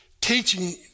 teaching